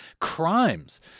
crimes